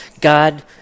god